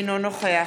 אינו נוכח